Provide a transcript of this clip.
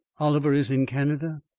oliver is in canada?